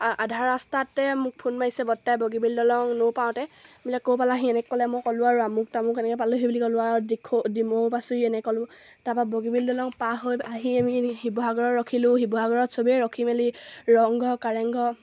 আধা ৰাস্তাতে মোক ফোন মাৰিছে বৰদেউতাই বগীবিল দলং নৌপাওঁতে বোলে ক'ৰ পালাহি আহি এনেকৈ ক'লে মই ক'লোঁ আৰু আমুক তামুক এনেকৈ পালোঁহি বুলি ক'লোঁ আৰু দিখৌ ডিমৌ পাইছোহি এনেকৈ ক'লোঁ তাৰপৰা বগীবিল দলং পাৰ হৈ আহি আমি শিৱসাগৰত ৰখিলোঁ শিৱসাগৰত সবেই ৰখি মেলি ৰংঘৰ কাৰেংঘৰ